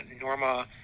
norma